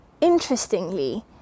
interestingly